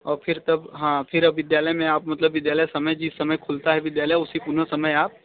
और फिर तब हाँ फ़िर विद्यालय में आप मतलब विद्यालय समय जिस समय खुलता है विद्यालय उसके पुन समय